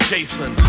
Jason